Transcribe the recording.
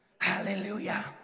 Hallelujah